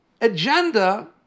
agenda